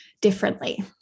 differently